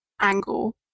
angle